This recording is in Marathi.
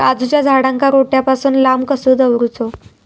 काजूच्या झाडांका रोट्या पासून लांब कसो दवरूचो?